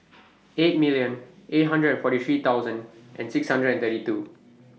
eight million eight hundred and forty three thousand and six hundred and thirty two